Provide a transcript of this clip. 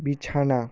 বিছানা